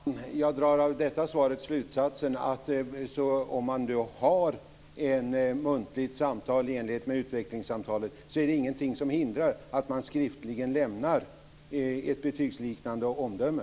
Fru talman! Jag drar av detta svar slutsatsen att om man har ett muntligt samtal i enlighet med utvecklingssamtalet är det ingenting som hindrar att man skriftligen lämnar ett betygsliknande omdöme.